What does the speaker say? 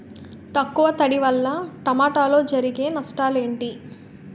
తక్కువ తడి వల్ల టమోటాలో జరిగే నష్టాలేంటి?